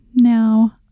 Now